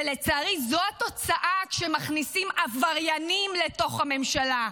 ולצערי זו התוצאה כשמכניסים עבריינים לתוך הממשלה,